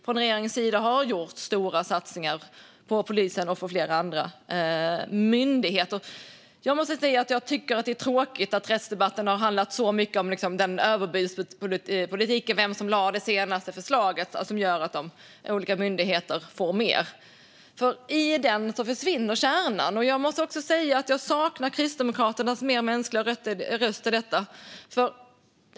Från regeringens sida har vi gjort stora satsningar på polisen och på flera andra myndigheter. Jag måste säga att jag tycker att det är tråkigt att rättsdebatten har handlat så mycket om överbudspolitik och om vem som lade fram det senaste förslaget om att olika myndigheter ska få mer. I den debatten försvinner kärnan. Jag måste också säga att jag saknar Kristdemokraternas mer mänskliga röst i detta.